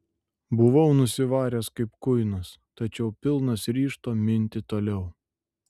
buvau nusivaręs kaip kuinas tačiau pilnas ryžto minti toliau